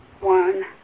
One